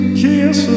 kiss